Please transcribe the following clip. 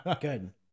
Good